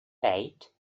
eight